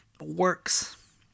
works